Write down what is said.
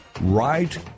Right